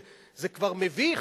זה כבר מביך